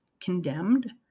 condemned